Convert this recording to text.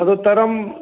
तदुत्तरम्